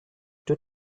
too